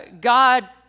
God